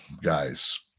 guys